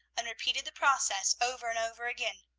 and repeated the process over and over again,